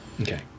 Okay